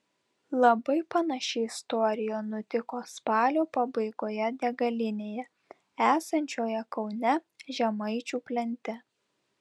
labai panaši istorija nutiko spalio pabaigoje degalinėje esančioje kaune žemaičių plente